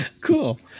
Cool